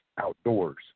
outdoors